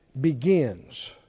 begins